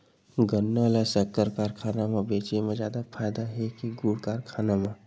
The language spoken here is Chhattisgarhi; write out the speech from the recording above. गन्ना ल शक्कर कारखाना म बेचे म जादा फ़ायदा हे के गुण कारखाना म?